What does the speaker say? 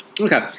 Okay